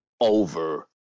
over